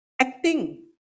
acting